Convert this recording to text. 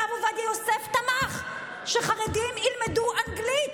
הרב עובדיה יוסף תמך בכך שחרדים ילמדו אנגלית.